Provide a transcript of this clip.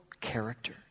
character